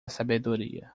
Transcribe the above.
sabedoria